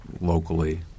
locally